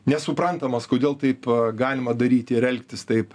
nesuprantamas kodėl taip galima daryti ir elgtis taip